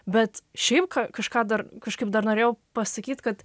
bet šiaip kažką dar kažkaip dar norėjau pasakyti kad